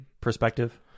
perspective